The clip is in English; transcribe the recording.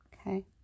okay